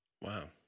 Wow